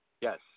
Yes